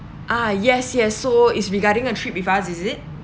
ah yes yes so is regarding a trip with us is it